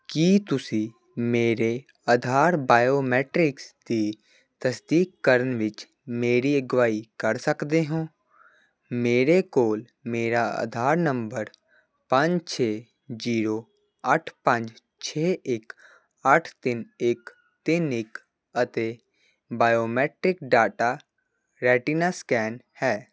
ਕੀ ਤੁਸੀਂ ਮੇਰੇ ਆਧਾਰ ਬਾਇਓਮੈਟਰਿਕਸ ਦੀ ਤਸਦੀਕ ਕਰਨ ਵਿੱਚ ਮੇਰੀ ਅਗਵਾਈ ਕਰ ਸਕਦੇ ਹੋ ਮੇਰੇ ਕੋਲ ਮੇਰਾ ਆਧਾਰ ਨੰਬਰ ਪੰਜ ਛੇ ਜੀਰੋ ਅੱਠ ਪੰਜ ਛੇ ਇੱਕ ਅੱਠ ਤਿੰਨ ਇੱਕ ਤਿੰਨ ਇੱਕ ਅਤੇ ਬਾਇਓਮੀਟ੍ਰਿਕ ਡਾਟਾ ਰੈਟੀਨਾ ਸਕੈਨ ਹੈ